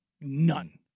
None